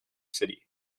city